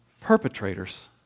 perpetrators